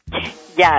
Yes